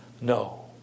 No